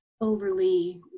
overly